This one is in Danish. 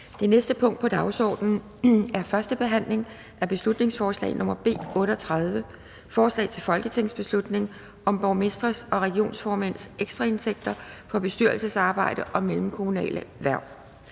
Det næste punkt på dagsordenen er: 11) 1. behandling af beslutningsforslag nr. B 38: Forslag til folketingsbeslutning om borgmestres og regionsformænds ekstraindtægter fra bestyrelsesarbejde og mellemkommunale hverv.